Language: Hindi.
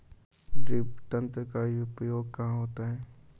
ड्रिप तंत्र का उपयोग कहाँ होता है?